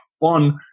fun